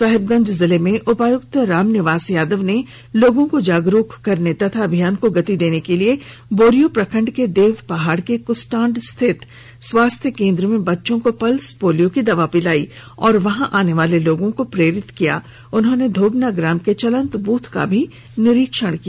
साहिबगंज जिले में उपायुक्त रामनिवास यादव ने लोगों को जागरूक करने तथा अभियान को गति देने के लिए बोरियो प्रखंड के देव पहाड़ के कुस्टांड स्थित स्वास्थ्य केंद्र में बच्चों को पल्स पोलियो की दवा पिलाई और वहां आने वाले लोगों को प्रेरित किया उन्होंने धोबना ग्राम के चलंत ब्रथ का भी निरीक्षण किया